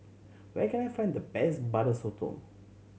where can I find the best Butter Sotong